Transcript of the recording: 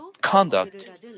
conduct